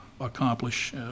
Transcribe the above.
accomplish